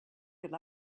could